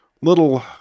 little